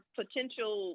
potential